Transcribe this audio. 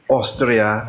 Austria